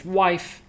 wife